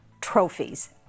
trophies